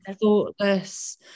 thoughtless